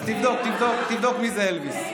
תבדוק, תבדוק מי זה אלביס.